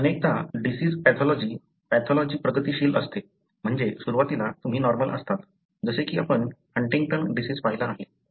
अनेकदा disease pathology pathology प्रगतीशील असते म्हणजे सुरवातीला तुम्ही नॉर्मल असतात जसे की आपण हंटिंग्टन डिसिज पाहिला आहे